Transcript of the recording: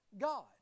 God